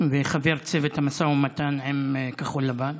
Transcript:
וחבר צוות המשא ומתן עם כחול לבן.